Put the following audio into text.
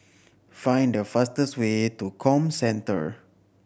find the fastest way to Comcentre